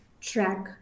track